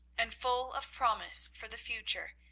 and full of promise for the future,